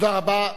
תודה רבה.